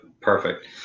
Perfect